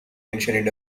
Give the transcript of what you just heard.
ancient